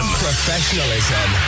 professionalism